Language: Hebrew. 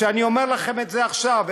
אני אומר לכם את זה עכשיו,